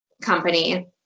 company